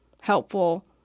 helpful